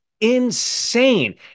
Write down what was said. insane